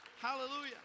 Hallelujah